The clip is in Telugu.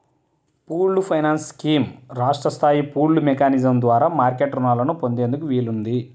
పూల్డ్ ఫైనాన్స్ స్కీమ్ రాష్ట్ర స్థాయి పూల్డ్ మెకానిజం ద్వారా మార్కెట్ రుణాలను పొందేందుకు వీలుంది